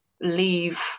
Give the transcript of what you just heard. leave